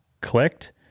clicked